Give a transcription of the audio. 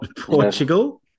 Portugal